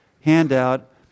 handout